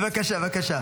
בבקשה, תמשיכי.